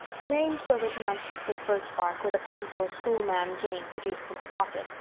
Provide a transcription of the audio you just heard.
the names were written on strips of birch bark with a pencil schoolma'am jane produced from her pocket,